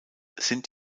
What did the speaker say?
sind